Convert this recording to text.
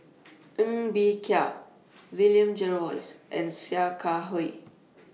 Ng Bee Kia William Jervois and Sia Kah Hui